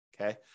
Okay